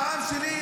והעם שלי,